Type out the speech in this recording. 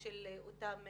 של אותם עובדים.